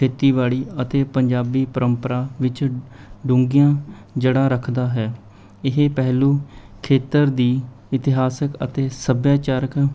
ਖੇਤੀਬਾੜੀ ਅਤੇ ਪੰਜਾਬੀ ਪਰੰਪਰਾ ਵਿੱਚ ਡੂੰਘੀਆਂ ਜੜ੍ਹਾਂ ਰੱਖਦਾ ਹੈ ਇਹ ਪਹਿਲੂ ਖੇਤਰ ਦੀ ਇਤਿਹਾਸਕ ਅਤੇ ਸੱਭਿਆਚਾਰਕ